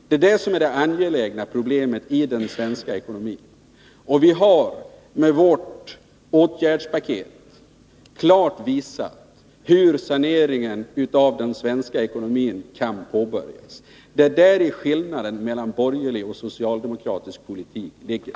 Det är det problem som det är mest angeläget att lösa i den svenska ekonomin, och vi har med vårt åtgärdspaket klart visat hur saneringen av den svenska ekonomin kan påbörjas. Det är däri skillnaden mellan borgerlig och socialdemokratisk politik ligger.